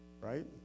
right